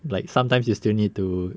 like sometimes you still need to